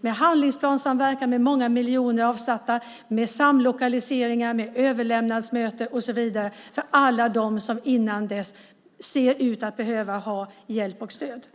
Det är handlingsplanssamverkan med många miljoner avsatta, samlokaliseringar och överlämningsmöten för alla dem som innan dess ser ut att behöva ha hjälp och stöd.